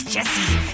Jesse